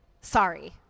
Sorry